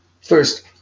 First